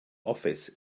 office